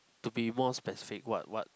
to be more specific what what